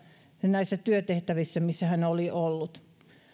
näissä työtehtävissä missä hän oli ollut